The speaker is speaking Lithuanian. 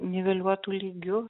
niveliuotu lygiu